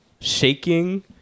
shaking